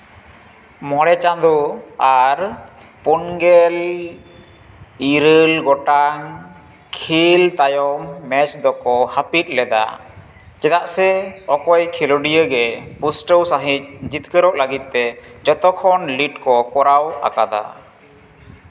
ᱢᱚᱬᱮ ᱪᱟᱸᱫᱳ ᱟᱨ ᱯᱳᱱ ᱜᱮᱞ ᱤᱨᱟᱹᱞ ᱜᱚᱴᱟᱝ ᱠᱷᱮᱞ ᱛᱟᱭᱚᱢ ᱢᱮᱪ ᱫᱚ ᱠᱳ ᱦᱟᱹᱯᱤᱫ ᱞᱮᱫᱟ ᱪᱮᱫᱟᱜ ᱥᱮ ᱚᱠᱚᱭ ᱠᱷᱮᱞᱳᱰᱤᱭᱟᱹ ᱜᱮ ᱯᱩᱥᱴᱟᱹᱣ ᱥᱟᱹᱦᱤᱡ ᱡᱤᱛᱠᱟᱹᱨᱚᱜ ᱞᱟᱹᱜᱤᱫ ᱛᱮ ᱡᱚᱛᱚᱠᱷᱚᱱ ᱞᱤᱰ ᱠᱳ ᱠᱚᱨᱟᱣ ᱟᱠᱟᱫᱟ